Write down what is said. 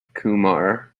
kumar